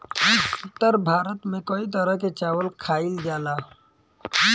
उत्तर भारत में कई तरह के चावल खाईल जाला